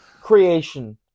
creation